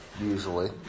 usually